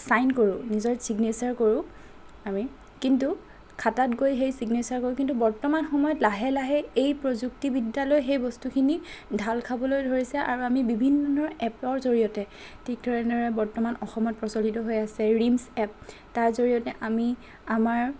sign কৰোঁ নিজৰ signature কৰোঁ আমি কিন্তু খাটাত গৈ সেই ছিগনেছাৰ গৈ কিন্তু বৰ্তমান সময়ত লাহে লাহে এই প্ৰযুক্তিবিদ্যালৈ সেই বস্তুখিনি ঢাল খাবলৈ ধৰিছে আৰু আমি বিভিন্ন ধৰণৰ এপৰ জৰিয়তে ঠিক ধৰণৰে অসমত বৰ্তমান প্ৰচলিত হৈ আছে ৰীমচ্ এপ তাৰ জৰিয়তে আমি আমাৰ